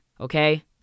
okay